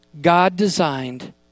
God-designed